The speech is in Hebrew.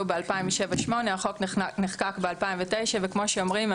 ב-2008 החוק נחקק ב-2009 כמו שאומרים,